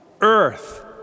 earth